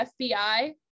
FBI